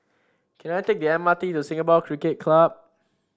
can I take the M R T to Singapore Cricket Club